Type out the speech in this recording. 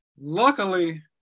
luckily